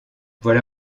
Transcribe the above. voilà